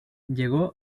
llegó